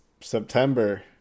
september